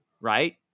right